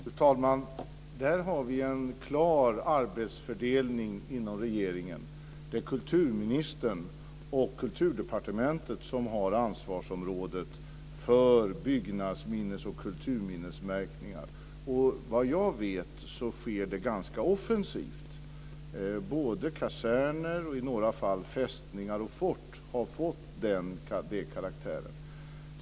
Fru talman! Där har vi en klar arbetsfördelning inom regeringen. Kulturministern och Kulturdepartementet har ansvaret för byggnadsminnes och kulturminnesmärkningar. Vad jag vet sker det här ganska offensivt. Kaserner och i några fall fästningar och fort har fått den karaktären.